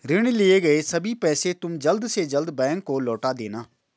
ऋण लिए गए सभी पैसे तुम जल्द से जल्द बैंक को लौटा देना